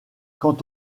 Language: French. quant